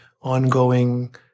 ongoing